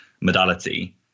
modality